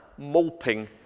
moping